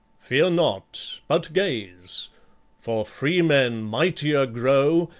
fear not, but gaze for freemen mightier grow,